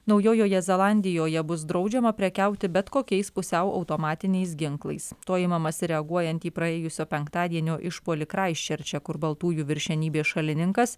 naujojoje zelandijoje bus draudžiama prekiauti bet kokiais pusiau automatiniais ginklais to imamasi reaguojant į praėjusio penktadienio išpuolį kraistčerče kur baltųjų viršenybės šalininkas